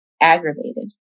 aggravated